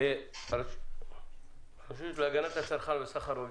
הרשות להגנת הצרכן וסחר הוגן,